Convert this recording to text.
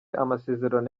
amasezerano